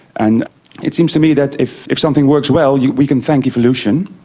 and it seems to me that if if something works well yeah we can thank evolution,